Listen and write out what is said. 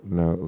no